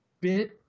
bit